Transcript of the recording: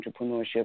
entrepreneurship